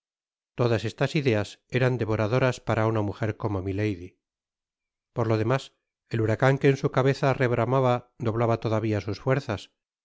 todas estas ideas eran devoradoras para una mujer como milady por lo demás el huracan que en su cabeza rebramaba doblaba todavia sus fuerzas